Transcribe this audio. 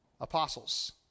apostles